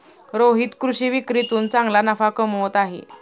रोहित कृषी विक्रीतून चांगला नफा कमवत आहे